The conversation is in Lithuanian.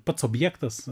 pats objektas